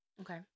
Okay